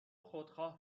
خودخواه